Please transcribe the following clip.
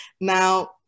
Now